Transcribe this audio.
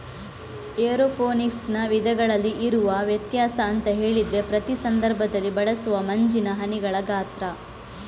ಏರೋಫೋನಿಕ್ಸಿನ ವಿಧಗಳಲ್ಲಿ ಇರುವ ವ್ಯತ್ಯಾಸ ಅಂತ ಹೇಳಿದ್ರೆ ಪ್ರತಿ ಸಂದರ್ಭದಲ್ಲಿ ಬಳಸುವ ಮಂಜಿನ ಹನಿಗಳ ಗಾತ್ರ